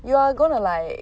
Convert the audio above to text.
you are going to like